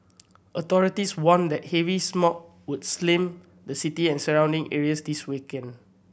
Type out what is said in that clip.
authorities warned that heavy smog would slam the city and surrounding areas this weekend